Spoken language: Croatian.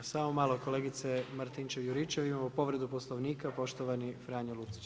Samo malo kolegice Martinčev-Juričev, imamo povredu poslovnika, poštovani Franjo Lucić.